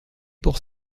pour